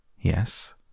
Yes